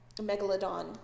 Megalodon